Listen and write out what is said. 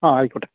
ആ ആയിക്കോട്ടെ